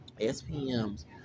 SPM's